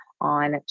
on